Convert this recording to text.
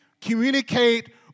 communicate